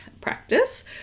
practice